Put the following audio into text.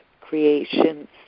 creations